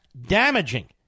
damaging